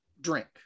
drink